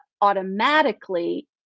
automatically